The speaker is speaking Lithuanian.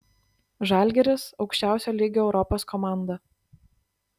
žalgiris aukščiausio lygio europos komanda